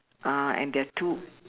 ah and there are two